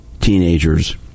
teenagers